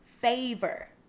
favor